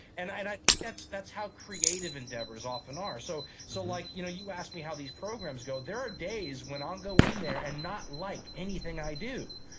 and i think that's that's how creative endeavors often are. so so like you know you asked me how these programs go, there are days when i'll go i there and not like anything i do.